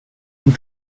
und